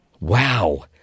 Wow